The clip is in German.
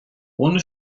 ohne